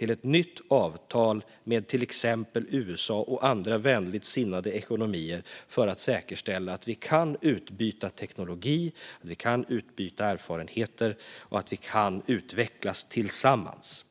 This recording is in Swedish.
ett nytt avtal med till exempel USA och andra vänligt sinnade ekonomier för att säkerställa att vi kan utbyta teknologi och erfarenheter och utvecklas tillsammans.